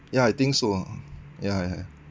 yeah I think so yeah yeah